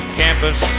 campus